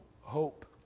hope